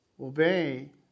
Obey